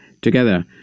together